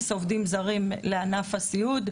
עובדים זרים חדשים שמגיעים לענף הסיעוד,